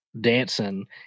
dancing